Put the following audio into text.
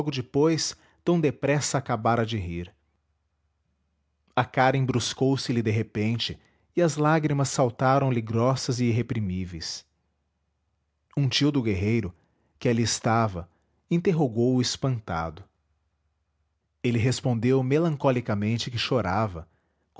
depressa acabara de rir a cara embruscou se lhe de repente e as lágrimas saltaram-lhe grossas e irreprimíveis um tio do guerreiro que ali estava interrogou-o espantado ele respondeu melancolicamente que chorava